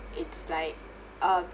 it's like um